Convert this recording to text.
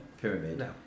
pyramid